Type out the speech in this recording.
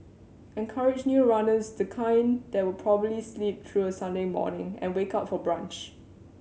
encourage new runners the kind that would probably sleep through a Sunday morning and wake up for brunch